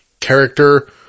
character